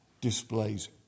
displays